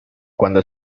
cuando